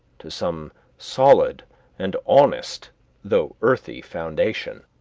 to some solid and honest though earthy foundation.